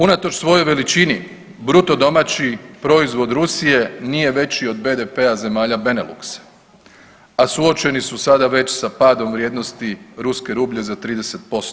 Unatoč svojoj veličini bruto domaći proizvod Rusije nije veći od BDP-a zemalja Beneluxa, a suočeni su već sada sa padom vrijednosti ruske rublje za 30%